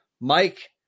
Mike